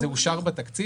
זה אושר בתקציב.